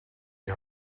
die